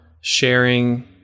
sharing